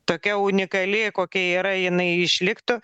tokia unikali kokia yra jinai išliktų